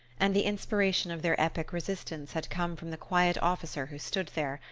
and the inspiration of their epic resistance had come from the quiet officer who stood there,